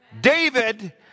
David